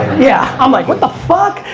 yeah, i'm like, what the fuck?